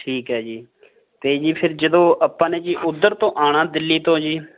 ਠੀਕ ਹੈ ਜੀ ਅਤੇ ਜੀ ਫਿਰ ਜਦੋਂ ਆਪਾਂ ਨੇ ਜੀ ਉੱਧਰ ਤੋਂ ਆਉਣਾ ਦਿੱਲੀ ਤੋਂ ਜੀ